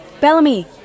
Bellamy